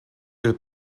will